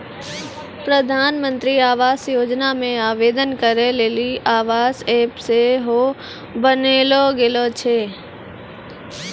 प्रधानमन्त्री आवास योजना मे आवेदन करै लेली आवास ऐप सेहो बनैलो गेलो छै